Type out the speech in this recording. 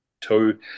two